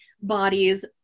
bodies